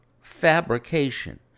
fabrication